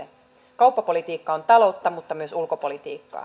kauppapolitiikka on taloutta mutta myös ulkopolitiikkaa